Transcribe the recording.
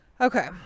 Okay